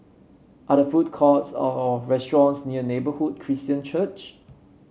are there food courts or restaurants near Neighbourhood Christian Church